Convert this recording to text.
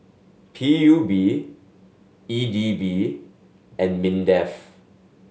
P U B E D B and MINDEF